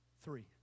three